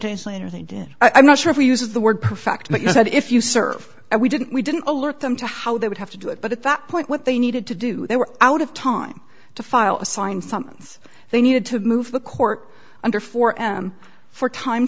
days later they did i'm not sure we use the word perfect like you said if you serve and we didn't we didn't alert them to how they would have to do it but at that point what they needed to do they were out of time to file a signed summons they needed to move the court under four m for time